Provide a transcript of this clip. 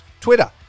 Twitter